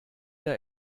der